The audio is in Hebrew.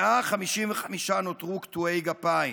155 נותרו קטועי גפיים.